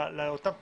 לאותם תנאים.